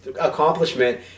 accomplishment